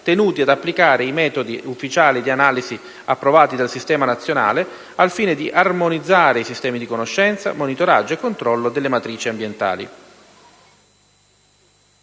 tenuti ad applicare i metodi ufficiali di analisi approvati dal sistema nazionale al fine di armonizzare i sistemi di conoscenza, monitoraggio e controllo delle matrici ambientali.